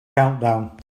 countdown